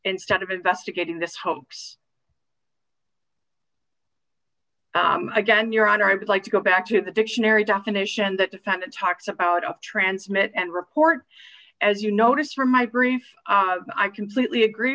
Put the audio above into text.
instead of investigating this hoax again your honor i would like to go back to the dictionary definition that defendant talks about up transmit and report as you notice from my grief i completely agree